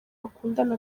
bakundana